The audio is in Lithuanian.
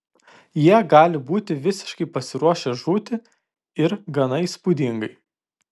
jie gali būti visiškai pasiruošę žūti ir gana įspūdingai